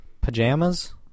Pajamas